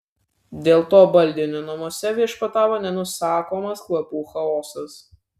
dėl to baldinio namuose viešpatavo nenusakomas kvapų chaosas